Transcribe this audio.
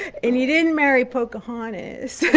and he didn't marry pocahontas